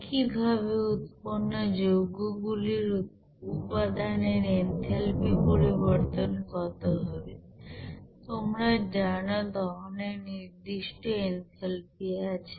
একইভাবে উৎপন্ন যৌগ গুলির উপাদানের এনথালপি পরিবর্তন কত হবে তোমরা জানো দহনের নির্দিষ্ট এনথালপি আছে